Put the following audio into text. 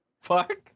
fuck